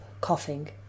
coughing